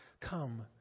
Come